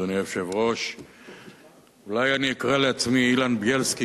והיא תעבור להכנה לקריאה הראשונה בוועדת הכלכלה.